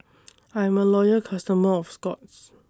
I'm A Loyal customer of Scott's